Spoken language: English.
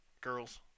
girls